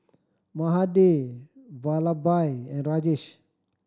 Mahade Vallabhbhai and Rajesh